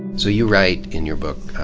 so you write in your book,